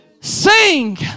Sing